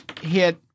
hit